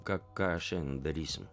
ką ką šiandien darysim